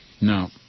No